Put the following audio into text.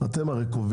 הרי אתם קובעים.